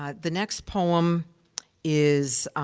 ah the next poem is,